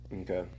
Okay